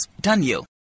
Daniel